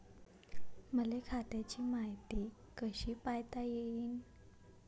मले खात्याची मायती कशी पायता येईन?